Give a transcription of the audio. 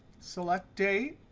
select date.